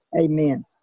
Amen